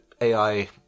AI